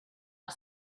are